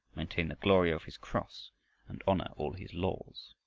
maintain the glory of his cross and honor all his laws.